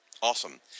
Awesome